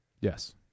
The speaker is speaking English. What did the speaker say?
Yes